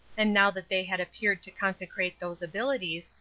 and now that they had appeared to consecrate those abilities,